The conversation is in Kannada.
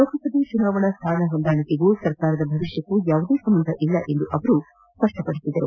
ಲೋಕಸಭಾ ಚುನಾವಣಾ ಸ್ಥಾನ ಹೊಂದಾಣಿಕೆಗೂ ಸರ್ಕಾರದ ಭವಿಷ್ಠಕ್ಕೂ ಯಾವುದೇ ಸಂಬಂಧವಿಲ್ಲ ಎಂದು ಅವರು ಸ್ಪಪ್ಟಪಡಿಸಿದರು